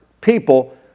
people